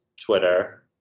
Twitter